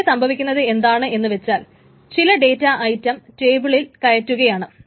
ഇവിടെ സംഭവിക്കുന്നത് എന്താണെന്ന് വച്ചാൽ ചില ഡേറ്റാ ഐറ്റം ടേബിളിൽ കയറ്റുകയാണ്